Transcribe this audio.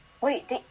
Wait